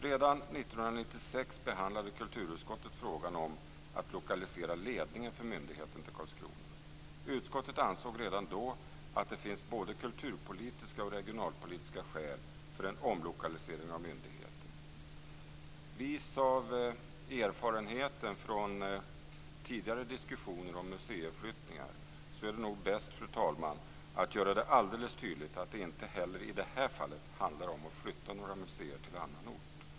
Redan 1996 behandlade kulturutskottet frågan om att lokalisera ledningen för myndigheten till Karlskrona. Utskottet ansåg redan då att det fanns både kulturpolitiska och regionalpolitiska skäl för en omlokalisering av myndigheten. Vis av erfarenheten från tidigare diskussioner om museiflyttningar vill jag, fru talman, göra det alldeles tydligt att det inte heller i det här fallet handlar om att flytta några museer till annan ort.